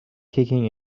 kicking